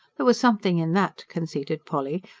there was something in that, conceded polly,